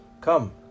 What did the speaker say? come